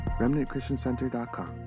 remnantchristiancenter.com